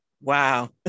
Wow